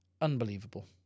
Unbelievable